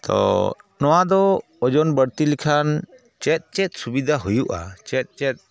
ᱛᱚ ᱱᱚᱣᱟ ᱫᱚ ᱳᱡᱚᱱ ᱵᱟᱹᱲᱛᱤ ᱞᱮᱠᱷᱟᱱ ᱪᱮᱫ ᱪᱮᱫ ᱥᱩᱵᱤᱫᱷᱟ ᱦᱩᱭᱩᱜᱼᱟ ᱪᱮᱫ ᱪᱮᱫ